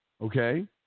okay